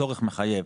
צורך מחייב.